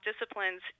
disciplines